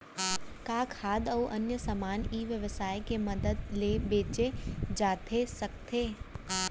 का खाद्य अऊ अन्य समान ई व्यवसाय के मदद ले बेचे जाथे सकथे?